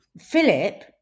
Philip